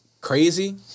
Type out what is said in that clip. crazy